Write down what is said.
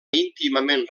íntimament